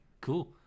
cool